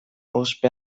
ospe